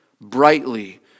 brightly